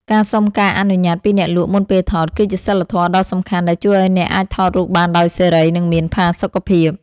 ការសុំការអនុញ្ញាតពីអ្នកលក់មុនពេលថត គឺជាសីលធម៌ដ៏សំខាន់ដែលជួយឱ្យអ្នកអាចថតរូបបានដោយសេរី និងមានផាសុកភាព។